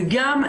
וגם,